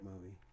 movie